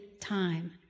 time